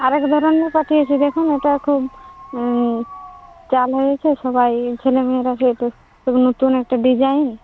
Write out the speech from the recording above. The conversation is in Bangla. আর এক ধরনের পাঠিয়েছি দেখুন এটা খুব চল হয়েছে সবাই ছেলেমেয়েরা ঘেঁটে খুব নতুন একটা ডিজাইন